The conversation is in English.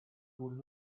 told